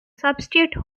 substitute